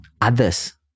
others